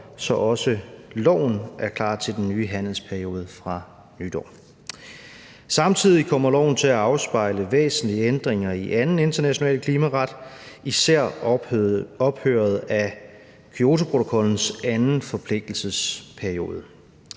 så også loven er klar til den nye handelsperiode fra nytår. Samtidig kommer loven til at afspejle væsentlige ændringer i anden international klimaret, især ophøret af Kyotoprotokollens anden forpligtelsesperiode.